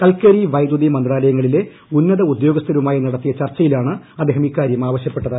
കൽക്കരി വൈദ്യുതി മന്ത്രാലയങ്ങളിലെ ഉന്നത ഉദ്യോഗസ്ഥരുമായി നടത്തിയ ചർച്ചയിലാണ് അദ്ദേഹം ഇക്കാര്യം ആവശ്യപ്പെട്ടത്